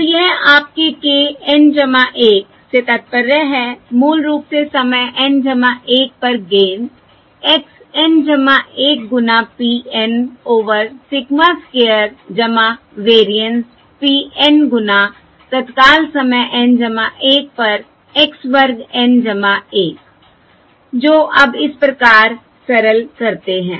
तो यह आपके k N 1 से तात्पर्य है मूल रूप से समय N 1 पर गेन x N 1 गुना p N over sigma square variance p N गुना तत्काल समय N 1 पर x वर्ग N 1 जो अब इस प्रकार सरल करते हैं